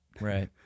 Right